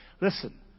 listen